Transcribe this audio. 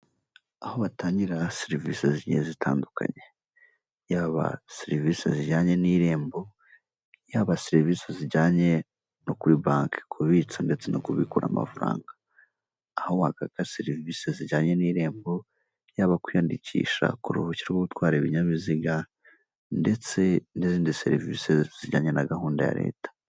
Aho batangira serivisi zigiye zitandukanye, yaba serivisi zijyanye n'irembo, yaba serivisi zijyanye no kuri banki, kubitsa ndetse no kubikura amafaranga, aho wakaka serivisi zijyanye n'irembo, yaba kwiyandikisha ku ruhushya rwo gutwara ibinyabiziga, ndetse n'izindi serivisi zijyanye na gahunda ya leta.